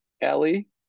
Ellie